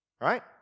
right